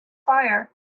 fire